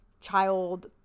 child